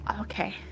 Okay